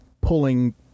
pulling